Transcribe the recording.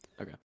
Okay